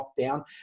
lockdown